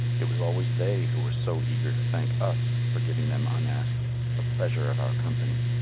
it was always they who were so eager to thank us for giving them unasked the pleasure of our company.